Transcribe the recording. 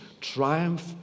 triumph